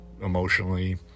emotionally